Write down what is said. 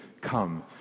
come